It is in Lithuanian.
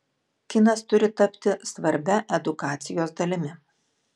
kinas turi tapti svarbia edukacijos dalimi